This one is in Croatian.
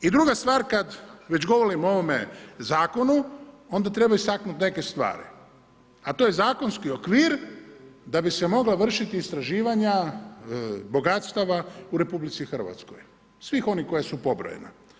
I druga stvar kada već govorimo o ovom zakonu onda treba istaknuti neke stvari, a to je zakonski okvir da bi se mogla vršiti istraživanja bogatstava u RH, svih onih koja su pobrojena.